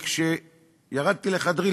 וכשירדתי לחדרי,